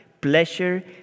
pleasure